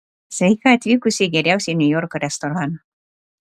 sveika atvykusi į geriausią niujorko restoraną